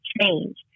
change